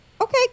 Okay